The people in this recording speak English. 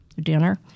dinner